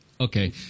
Okay